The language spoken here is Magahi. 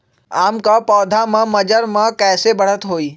आम क पौधा म मजर म कैसे बढ़त होई?